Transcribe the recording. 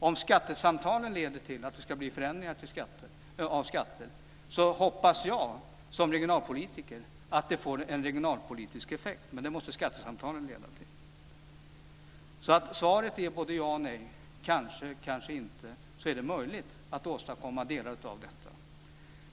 Om skattesamtalen leder till att det ska bli förändringar av skatter så hoppas jag som regionalpolitiker att det får en regionalpolitisk effekt, men det måste skattesamtalen leda till. Svaret är alltså både ja och nej, och kanske, kanske inte är det möjligt att åstadkomma delar av detta.